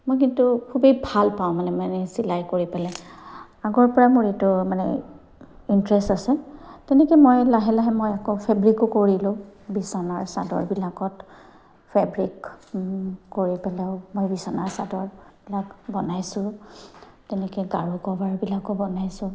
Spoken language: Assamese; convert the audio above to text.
মই কিন্তু খুবেই ভাল পাওঁ মানে মানে চিলাই কৰি পেলাই আগৰ পৰা মোৰ এইটো মানে ইণ্টাৰেষ্ট আছে তেনেকে মই লাহে লাহে মই আকৌ ফেব্ৰিকো কৰিলোঁ বিচনাৰ চাদৰবিলাকত ফেব্ৰিক কৰি পেলাইও মই বিচনাৰ চাদৰবিলাক বনাইছোঁ তেনেকে গাৰু কভাৰবিলাকো বনাইছোঁ